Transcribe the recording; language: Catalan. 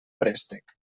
préstec